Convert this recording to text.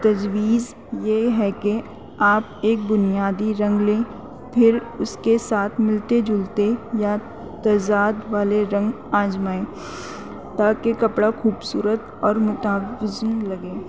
تجویز یہ ہے کہ آپ ایک بنیادی رنگ لیں پھر اس کے ساتھ ملتے جلتے یا تزاد والے رنگ آزمائیں تاکہ کپڑا خوبصورت اور متوازن لگے